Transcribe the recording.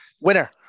Winner